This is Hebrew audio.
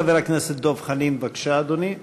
חבר הכנסת דב חנין, בבקשה, אדוני.